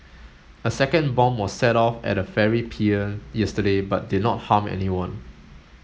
a second bomb was set off at a ferry pier yesterday but did not harm anyone